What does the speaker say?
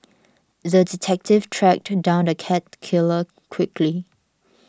the detective tracked down the cat killer quickly